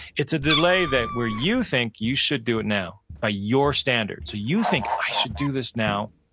it's a delay that where you think you should do it now, by your standard. so you think i should do this now,